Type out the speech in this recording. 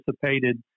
participated